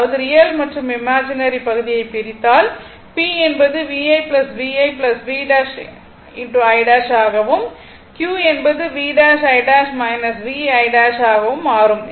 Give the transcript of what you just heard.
அதாவது ரியல் மற்றும் இமாஜினேரி பகுதியைப் பிரித்தால் P என்பது VI VI V' I' ஆகவும் Q என்பது V ' I VI' ஆகவும் மாறும்